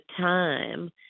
time